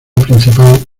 principal